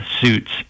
suits